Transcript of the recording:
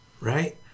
Right